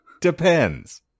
Depends